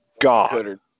god